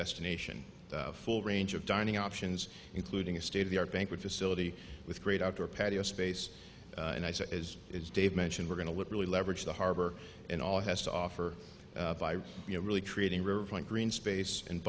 destination full range of dining options including a state of the art banquet facility with great outdoor patio space and i say as is dave mentioned we're going to look really leverage the harbor and all has to offer you know really creating refined green space and